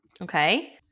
Okay